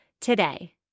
today